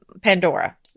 Pandora